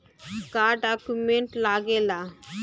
का डॉक्यूमेंट लागेला?